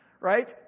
Right